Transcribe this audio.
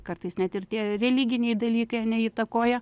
kartais net ir tie religiniai dalykai ar ne įtakoja